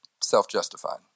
self-justified